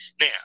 Now